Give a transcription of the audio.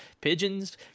pigeons